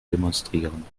demonstrieren